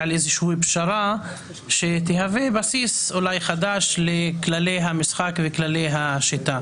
לאיזושהי פשרה שתהווה בסיס אולי חדש לכללי המשחק וכללי השיטה.